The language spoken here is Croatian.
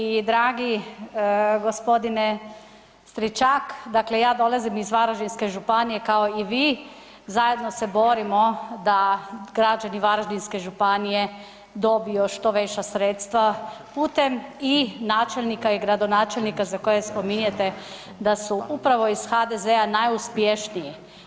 Poštovani i dragi gospodine Stričak, dakle ja dolazim iz Varaždinske županije kao i vi, zajedno se borimo da građani Varaždinske županije dobiju što viša sredstva putem i načelnika i gradonačelnika za koje spominjete da su upravo iz HDZ-a najuspješniji.